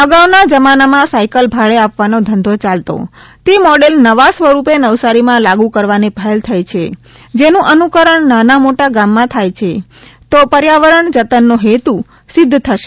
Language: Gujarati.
અગાઊના જમાનામાં સાયકલ ભાડે આપવાનો ધંધો યાલતો તે મોડેલ નવા સ્વરૂપે નવસારીમાં લાગુ કરવાની પહેલ થઇ છે જેનું અનુકરણ નાનામોટા ગામમાં થાય તો પર્યાવરણજતનનો હેતુ સિધ્ધ થશે